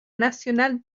nationale